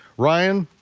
ryan,